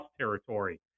territory